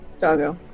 Doggo